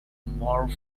more